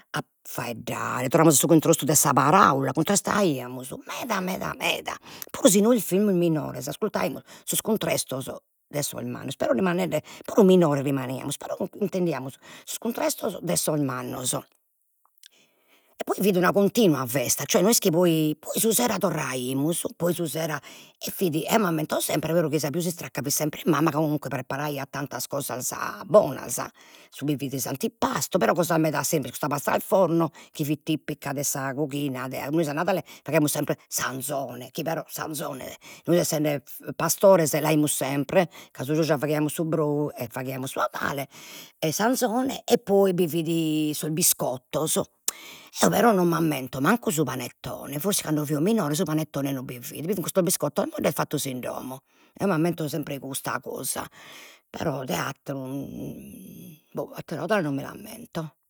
faeddare, torramus a su cuntrestu 'e sa paraula, cuntrestaiamus meda meda meda, puru si nois fimus minores ascurtaimus sos cuntrestos de sos mannos, però rimanende pru minores rimaniamus, però intendiamus sos cuntrestos de sos mannos, e poi fit una continua festa, cioè no est chi poi, poi su sera torraimus, poi su sera, eo m'ammento sempre chi sa pius istracca fit sempre mamma ca comunque preparaiat tantas cosas bonas, su bi fit s'antipastu, però cosas meda semplices, custa pasta al forno chi fit tipica de coghina de, nois a Nadale faghiamus sempre s'anzone, chi però s'anzone, nois essende pastores l'aimus sempre ca su giogia faghiamus su brou, e faghiamus su 'odale, e s'anzone, e poi bi fit sos biscottos eo però non m'ammento mancu su panettone, forsis cando fio minore su panettone non bi fit, bi fin custos biscottos moddes fattos in domo, eo m'ammento sempre custa cosa, però de atteru atteru 'odale non mi l'ammento